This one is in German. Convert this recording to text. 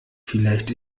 vielleicht